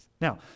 Now